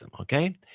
Okay